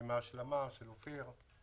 וגם להשלמה של אופיר.